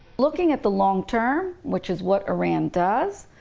looking at the long-term, which is what iran does,